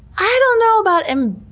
i don't know about and